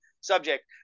subject